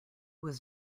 was